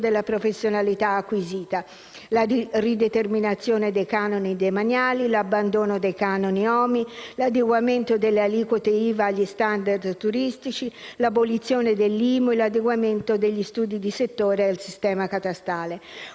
della professionalità acquisita, la rideterminazione dei canoni demaniali, l'abbandono di canoni OMI, l'adeguamento delle aliquote IVA agli *standard* turistici, l'abolizione dell'IMU e l'adeguamento degli studi di settore al sistema catastale.